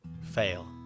Fail